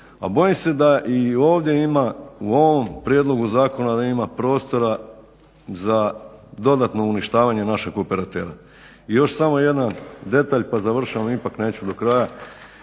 bojim se da i ovdje ima u ovom prijedlogu zakona da ima prostora za dodatno uništavanje našeg operatera. I još samo jedan detalj pa završavam ipak neću do kraja,